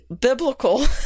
biblical